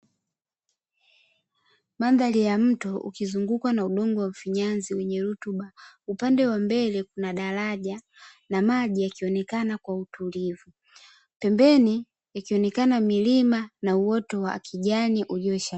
Mandhari ya mto, ukizungukwa na udongo wa mfinyanzi wenye rutuba upande wa mbele kuna daraja na maji yakionekana kwa utulivu, pembeni ikionekana milima na uoto wa kijani ulioisha.